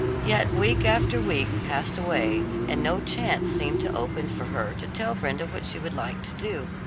yet week after week passed away, and no chance seemed to open for her to tell brenda what she would like to do.